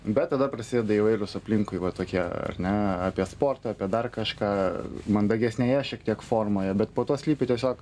bet tada prasideda įvairūs aplinkui va tokie ar ne apie sportą apie dar kažką mandagesnėje šiek tiek formoje bet po tuo slypi tiesiog